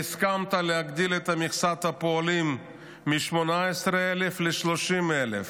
והסכמת להגדיל את מכסת הפועלים מ-18,000 ל-30,000.